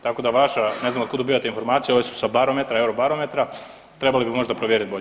Tako da vaša, ne znam od kud dobivate informacije, ove su sa barometra, EUROBAROMETRA, trebali bi možda provjeriti bolje.